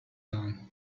down